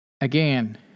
Again